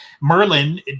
Merlin